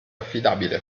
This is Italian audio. affidabile